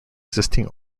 existing